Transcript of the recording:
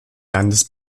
landes